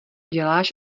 děláš